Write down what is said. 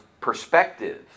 perspective